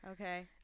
Okay